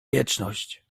wieczność